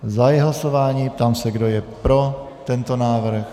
Zahajuji hlasování a ptám se, kdo je pro tento návrh.